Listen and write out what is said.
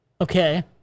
Okay